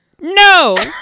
no